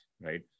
right